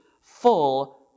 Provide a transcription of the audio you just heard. full